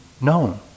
known